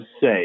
say